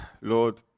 Lord